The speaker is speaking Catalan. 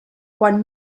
quan